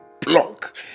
block